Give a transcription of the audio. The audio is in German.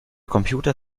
computer